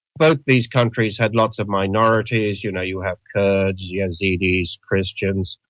both these countries had lots of minorities, you know, you have kurds, yazidis, christians,